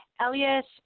Elias